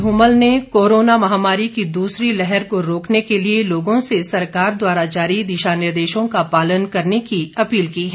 धुमल पूर्व मुख्यमंत्री धूमल ने कोरोना महामारी की दूसरी लहर को रोकने के लिए लोगों से सरकार द्वारा जारी दिशा निर्देशों का पालन करने की अपील की है